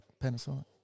Panasonic